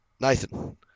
Nathan